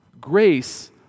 grace